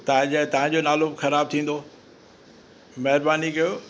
तव्हांजा तव्हांजो नालो ख़राबु थींदो महिरबानी कयो